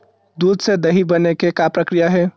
दूध से दही बने के का प्रक्रिया हे?